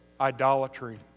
idolatry